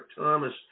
Thomas